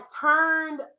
turned